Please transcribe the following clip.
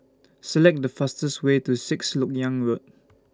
Select The fastest Way to Sixth Lok Yang Road